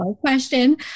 question